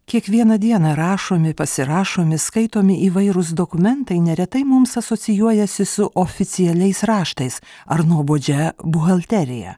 kiekvieną dieną rašomi pasirašomi skaitomi įvairūs dokumentai neretai mums asocijuojasi su oficialiais raštais ar nuobodžia buhalterija